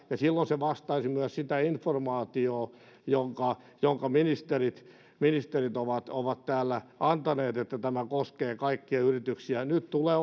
ja silloin se vastaisi myös sitä informaatiota jonka jonka ministerit ministerit ovat ovat täällä antaneet että tämä koskee kaikkia yrityksiä nyt tulee